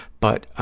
but